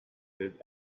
did